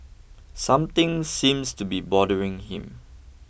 something seems to be bothering him